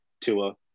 Tua